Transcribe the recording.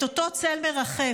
את אותו צל מרחף.